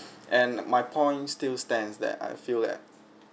and my point still stands that I feel that